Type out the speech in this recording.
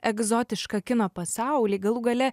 egzotišką kino pasaulį galų gale